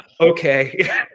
Okay